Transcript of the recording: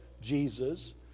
Jesus